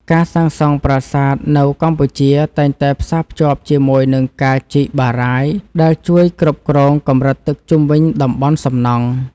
ការសាងសង់ប្រាសាទនៅកម្ពុជាតែងតែផ្សារភ្ជាប់ជាមួយនឹងការជីកបារាយណ៍ដែលជួយគ្រប់គ្រងកម្រិតទឹកជុំវិញតំបន់សំណង់។